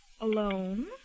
Alone